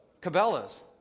Cabela's